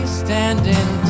standing